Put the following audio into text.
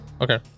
Okay